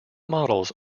models